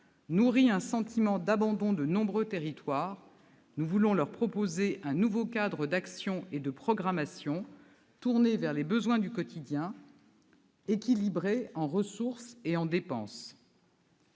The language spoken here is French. nourri le sentiment d'abandon de nombreux territoires, nous voulons leur proposer un nouveau cadre d'action et de programmation tourné vers les besoins du quotidien, équilibré en ressources et en dépenses.